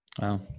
Wow